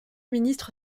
ministre